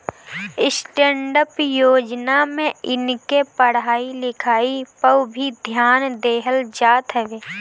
stand up योजना में इनके पढ़ाई लिखाई पअ भी ध्यान देहल जात हवे